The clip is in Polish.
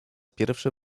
pierwszy